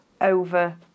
Over